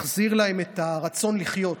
איך האשפוז מחזיר להם את הרצון לחיות,